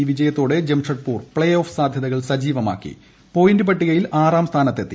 ഈ വിജയത്തോടെ ജംഷഡ്പൂർ പ്പേ ഓഫ് സാധൃതകൾ സജീവമാക്കി പോയിന്റ് പട്ടികയിൽ ആറാം സ്ഥാനത്തെത്തി